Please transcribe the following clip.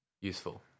useful